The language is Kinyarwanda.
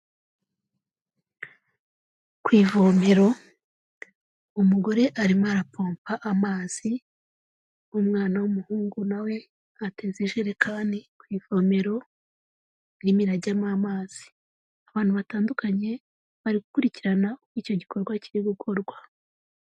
Ku ivomero umugore arimo arapompa amazi, umwana w'umuhungu nawe ateza ijerekani ku ivomero irimo irajyamo amazi, abantu batandukanye bari gukurikirana uko icyo gikorwa kiri gukorwa.